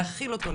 להכיל אותו,